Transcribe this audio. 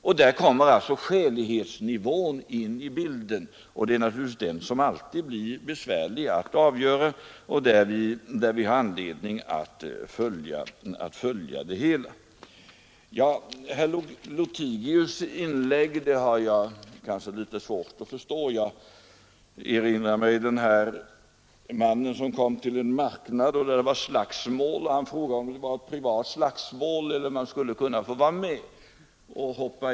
Det blir alltså här fråga om en skälighetsprövning, och det är naturligtvis alltid besvärligt att göra den. Vi har alltså anledning att följa verksamheten med uppmärksamhet. Herr Lothigius” inlägg har jag litet svårt att förstå. Jag erinrar mig historien om mannen som kom till en marknad där det var slagsmål och frågade om det var ett privat slagsmål eller om han kunde få hoppa in och delta.